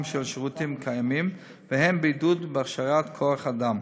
של שירותים קיימים והן בעידוד ובהכשרה של כוח-אדם